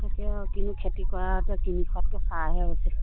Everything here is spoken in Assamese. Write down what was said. তাকে আৰু কিনো খেতি কৰা তাতকে কিনি খোৱাতকে চাৰহে হৈছে